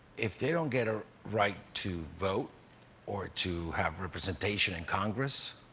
if they don't get a right to vote or to have representation in congress,